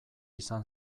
izan